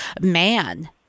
man